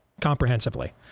comprehensively